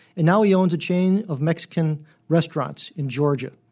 and now he owns a chain of mexican restaurants in georgia.